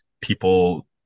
people